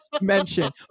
mention